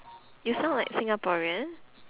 you sound like singaporean